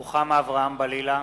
(קורא בשמות חברי הכנסת) רוחמה אברהם-בלילא,